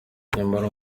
nyamara